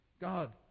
God